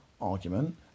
argument